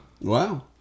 Wow